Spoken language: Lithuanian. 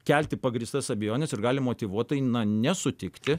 kelti pagrįstas abejones ir gali motyvuotai nesutikti